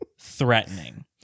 threatening